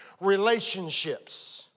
relationships